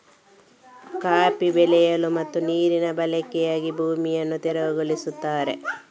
coffee ಬೆಳೆಯಲು ಮತ್ತು ನೀರಿನ ಬಳಕೆಗಾಗಿ ಭೂಮಿಯನ್ನು ತೆರವುಗೊಳಿಸುತ್ತಾರೆ